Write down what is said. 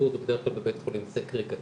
האשפוז הוא בדרך כלל בבית חולים סגרגטיבי,